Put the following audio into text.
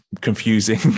confusing